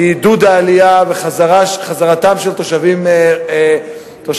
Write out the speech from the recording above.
היא עידוד העלייה והחזרה לישראל של תושבים שעזבו.